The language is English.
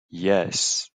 yes